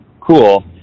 cool